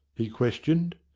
he questioned.